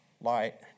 light